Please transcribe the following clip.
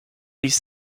ließ